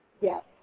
Yes